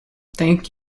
thank